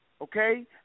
okay